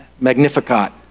Magnificat